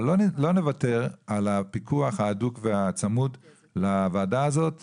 אבל לא נוותר על הפיקוח ההדוק והצמוד לוועדה הזאת,